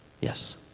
yes